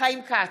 חיים כץ,